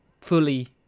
fully